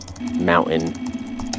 mountain